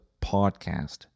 podcast